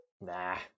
Nah